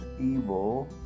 evil